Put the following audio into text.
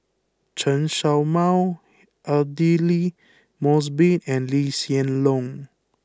Chen Show Mao Aidli Mosbit and Lee Hsien Loong